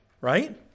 Right